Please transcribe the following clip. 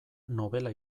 nobela